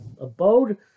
abode